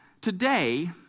Today